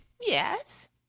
Yes